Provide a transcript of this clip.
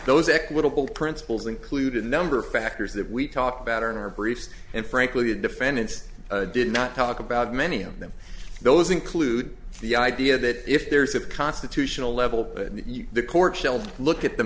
those equitable principles include a number of factors that we talked about or in our briefs and frankly the defendants did not talk about many of them those include the idea that if there's a constitutional level the court shelled look